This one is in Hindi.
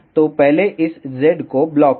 तो पहले इस z को ब्लॉक करें